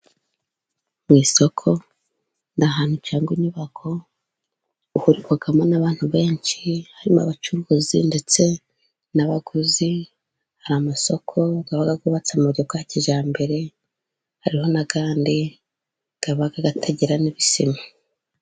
Mu isoko ni ahantu cyangwa inyubako ihurirwamo n'abantu benshi, harimo: abacuruzi, ndetse n'abaguzi. Hari amasoko aba yubatse mu buryo bwa kijyambere, hari n'andi aba atagira n'ibisima.